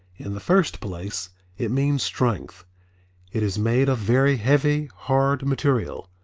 in the first place it means strength it is made of very heavy, hard material.